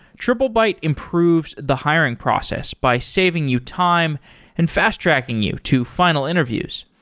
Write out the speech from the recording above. triplebyte improves the hiring process by saving you time and fast-tracking you to final interviews.